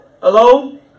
Hello